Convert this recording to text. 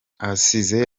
asize